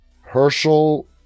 Herschel